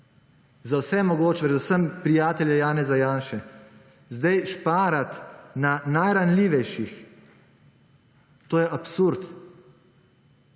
za vse mogoče predvsem prijatelje Janeza Janše sedaj šparati na najranljivejših to je absurd